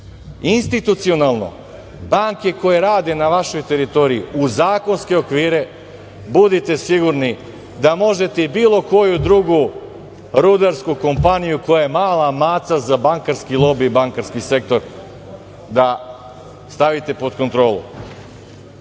institucionalno banke koje rade na vašoj teritoriji u zakonske okvire, budite sigurni da možete i bilo koju drugu rudarsku kompaniju koja je mala maca za bankarski lobi i bankarski sektor, da stavite pod kontrolu.Za